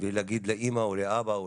להגיד לאמא או לאבא,